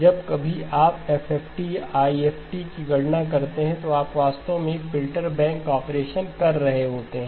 जब कभी आप एफएफटी या आईएफएफटी की गणना करते हैं आप वास्तव में एक फिल्टर बैंक ऑपरेशन कर रहे होते हैं